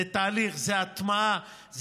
זה תהליך, זו הטמעה.